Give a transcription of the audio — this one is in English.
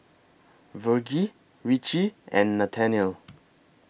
Virgie Ricci and Nathanael